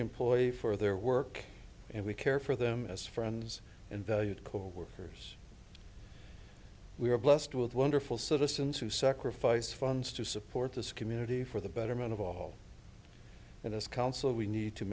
employee for their work and we care for them as friends and valued coworkers we are blessed with wonderful citizens who sacrifice funds to support this community for the betterment of all in this council we need to